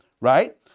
right